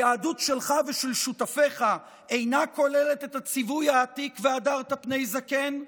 היהדות שלך ושל שותפיך אינה כוללת את הציווי העתיק "והדרת פני זקן"?